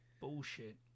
bullshit